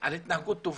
על התנהגות טובה,